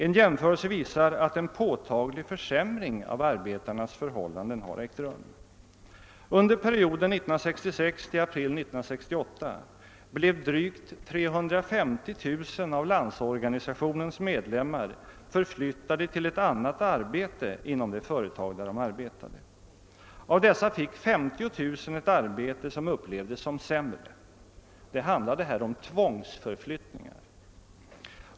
En jämförelse visar att en påtaglig försämring av arbetarnas förhållanden har ägt rum. Under perioden 1966—april 1968 blev drygt 350 000 av LO:s medlemmar förflyttade till ett annat arbete inom det företag där de arbetade. Av dessa fick 50 000 ett arbete som upplevdes som sämre — det handlade här om tvångsförflyttningar.